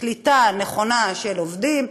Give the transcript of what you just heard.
קליטה נכונה של עובדים.